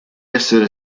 essere